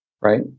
Right